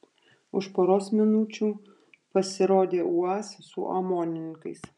už poros minučių pasirodė uaz su omonininkais